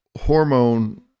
hormone